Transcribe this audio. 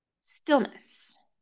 stillness